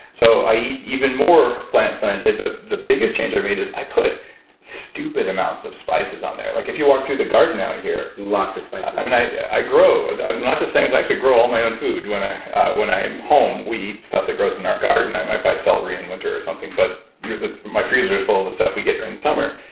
so i eat even more plants then i did. but the biggest change i made is i put stupid amounts of spices on there. like if you walk through the garden out here. lots of spices, yeah i mean, i i grow. ah i'm not just saying because i actually grow all my own food when i when i am home we eat stuff that grows in our garden. i might buy celery in winter or something, but my freezer is full of the stuff we get during the summer.